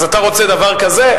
אז אתה רוצה דבר כזה?